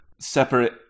separate